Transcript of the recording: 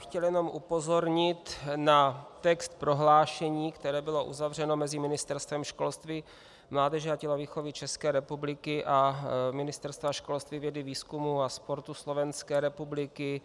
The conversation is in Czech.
Chtěl bych jenom upozornit na text prohlášení, které bylo uzavřeno mezi Ministerstvem školství, mládeže a tělovýchovy České republiky a Ministerstvem školství, vědy, výzkumu a sportu Slovenské republiky.